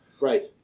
Right